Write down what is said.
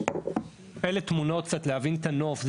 אלה תמונות קצת להבין את הנוף,